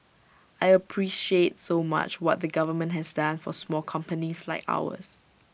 I appreciate so much what the government has done for small companies like ours